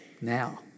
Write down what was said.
now